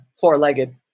four-legged